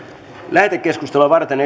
lähetekeskustelua varten